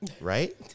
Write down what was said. right